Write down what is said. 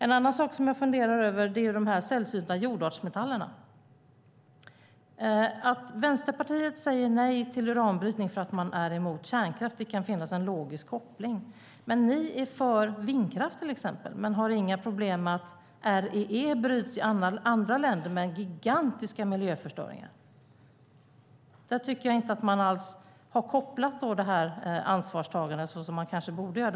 En annan sak som jag har funderat på är de sällsynta jordartsmetallerna. Att Vänsterpartiet säger nej till uranbrytning för att man är mot kärnkraft kan ha en logisk koppling. Ni är för vindkraft till exempel men har inga problem med att REE bryts i andra länder med gigantiska miljöförstöringar. Det tycker jag inte alls att man har kopplat till ansvarstagande, som man kanske borde göra.